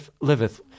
Liveth